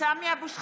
סמי אבו שחאדה,